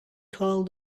call